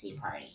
party